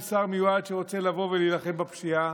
שר מיועד שרוצה לבוא ולהילחם בפשיעה,